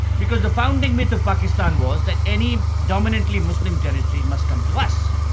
because the founding myth of pakistan was that any dominantly muslim territory must come to us.